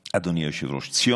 היושב-ראש.